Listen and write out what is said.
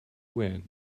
went